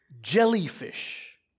jellyfish